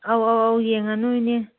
ꯑꯧ ꯑꯧ ꯑꯧ ꯌꯦꯡꯉꯅꯨ ꯏꯅꯦ